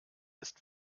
ist